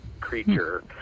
creature